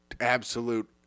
absolute